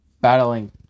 battling